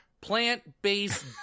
plant-based